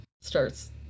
starts